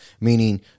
meaning